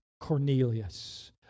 Cornelius